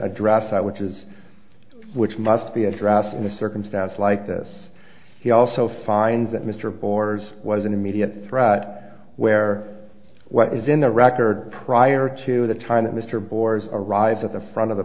address which is which must be addressed in a circumstance like this he also finds that mr orders was an immediate threat where what is in the record prior to the time that mr gore's arrived at the front of the